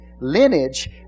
lineage